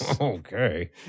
okay